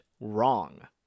wrong